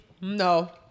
No